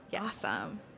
Awesome